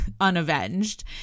unavenged